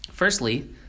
Firstly